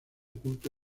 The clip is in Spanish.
oculto